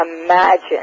imagine